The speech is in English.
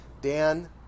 Dan